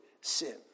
sin